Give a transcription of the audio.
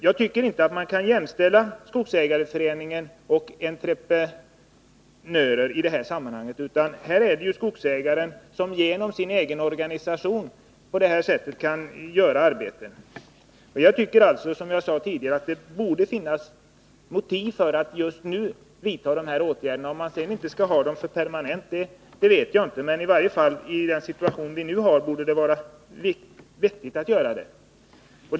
Jag tycker inte att man kan jämställa skogsägarföreningar och entreprenörer i detta sammanhang, utan här kan skogsägaren genom sin egen organisation få arbetet utfört. Som jag sade tidigare borde det finnas motiv för att just nu förändra reglerna för denna typ av beredskapsarbeten. Om man sedan skall ha dem permanent, vet jag inte. Men i den situation vi nu har borde det vara vettigt att vidta dessa åtgärder.